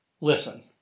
Listen